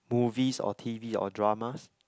movies or t_v or dramas